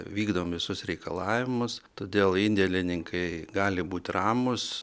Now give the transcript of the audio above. vykdom visus reikalavimus todėl indėlininkai gali būt ramūs